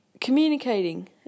Communicating